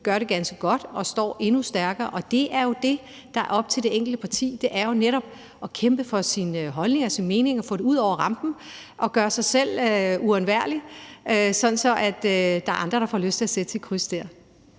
gør det ganske godt og står endnu stærkere. Og det, der er op til det enkelte parti, er jo netop at kæmpe for sine holdninger og sine meninger og få dem ud over rampen og gøre sig selv uundværlig, sådan at der er andre, der har lyst til at sætte sit kryds der.